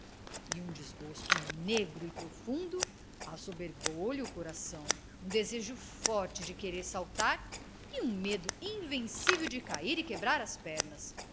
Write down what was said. e um desgosto negro e profundo assoberbou lhe o coração um desejo forte de querer saltar e um medo invencível de cair e quebrar as pernas